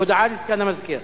הודעה לסגן המזכיר.